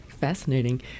Fascinating